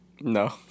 No